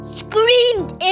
screamed